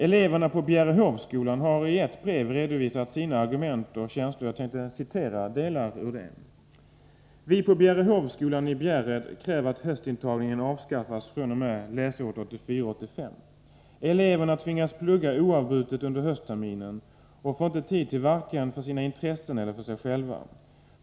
Eleverna på Bjärehovskolan har i ett brev redovisat sina argument och känslor, och jag tänker citera delar av det: ”Vi på Bjärehovskolan i Bjärred kräver att höstintagningen avskaffas fr.o.m. läsåret 84/85. Eleverna tvingas plugga oavbrutet under höstterminen, och får inte tid varken för sina intressen eller för sig själva.